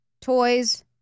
toys